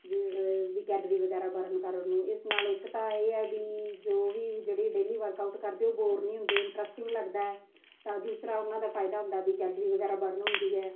ਜਿਵੇਂ ਵੀ ਕੈਲਰੀ ਵਗੈਰਾ ਬਰਨ ਕਰਨ ਨੂੰ ਇਸ ਨਾਲ ਇੱਕ ਤਾਂ ਇਹ ਹੈ ਵੀ ਜੋ ਵੀ ਜਿਹੜੀ ਡੇਲੀ ਵਰਕਆਊਟ ਕਰਦੇ ਉਹ ਬੋਰ ਨਹੀਂ ਹੁੰਦੇ ਇੰਟਰਸਟਿੰਗ ਲੱਗਦਾ ਹੈ ਤਾਂ ਦੂਸਰਾ ਉਹਨਾਂ ਦਾ ਫ਼ਾਇਦਾ ਹੁੰਦਾ ਵੀ ਕੈਲਰੀ ਵਗੈਰਾ ਬਰਨ ਹੁੰਦੀ ਹੈ